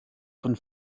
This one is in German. von